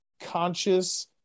conscious